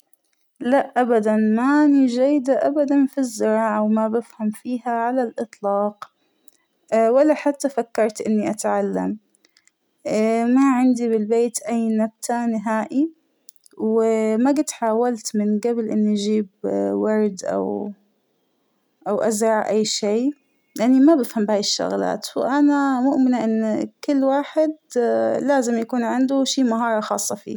لأ أبداً مأنى جيدة أبداً فى الزراعة وما بفهم فيها على الإطلاق ، ولا حتى فكرت إنى أتعلم اا- ما عندى بالبيت أى نبتة نهائى وااا- ما جت حاولت من قبل إنى أجيب ورد أوأوأزرع أى شى لأنى ما بفهم بهاى الشغلات ، وأنا مؤمنة إن كل واحد لآزم يكون عنده شى مهارة خاصة فيه.